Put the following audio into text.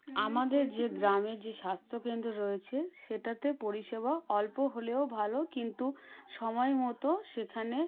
আমাদের যে গ্রামের যে স্বাস্থ্যকেন্দ্র রয়েছে সেটাতে পরিষেবা অল্প হলেও ভালো কিন্তু সময় মতো সেখানে